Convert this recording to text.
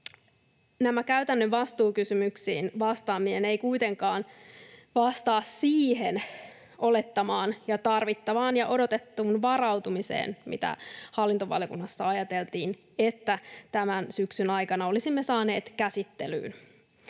käytännön vastuukysymyksiin vastaaminen ei kuitenkaan vastaa siihen olettamaan ja tarvittavaan ja odotettuun varautumiseen, josta hallintovaliokunnassa ajateltiin, että tämän syksyn aikana olisimme saaneet sen käsittelyyn.